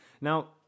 now